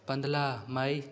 पंद्रह मई